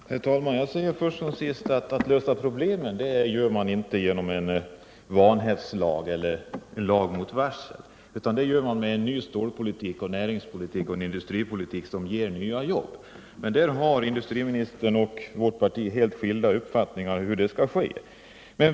Herr talman! Jag säger först som sist att problemen löser man inte genom någon vanhävdslag eller lag mot varsel utan med ny stålpolitik och näringspolitik och med en industripolitik som ger nya jobb. Men industriministern och vårt parti har helt skilda uppfattningar om hur det skall ske.